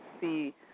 see